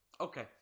Okay